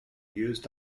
used